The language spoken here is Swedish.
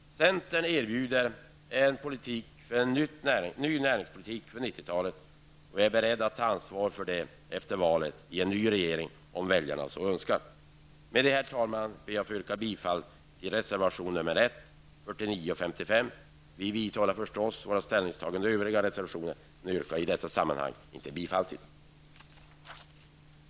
Centern erbjuder en ny näringspolitik inför 90-talet. Vi är beredda att ta vårt ansvar efter valet i en ny regering, om väljarna så önskar. Herr talman! Med det anförda vill jag yrka bifall till reservationerna 1, 49 och 55. Vi vidhåller förstås våra ställningstaganden i övriga reservationer, men jag yrkar i detta sammanhang inte bifall till dem.